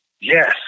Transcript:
Yes